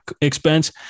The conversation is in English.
expense